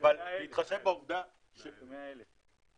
אבל בהתחשב בעובדה --- 100,000.